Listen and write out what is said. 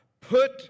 Put